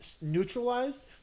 neutralized